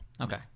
Okay